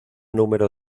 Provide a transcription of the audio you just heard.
número